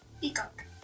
Peacock